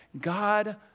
God